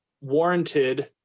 warranted